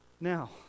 Now